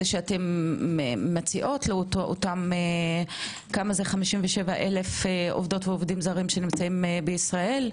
שאתן מציעות לאותם 57,000 עובדות ועובדים זרים בישראל,